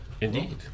Indeed